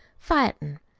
fightin'.